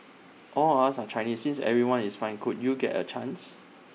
all of us are Chinese since everyone is fine could you get A chance